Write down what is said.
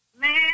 Man